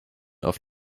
auf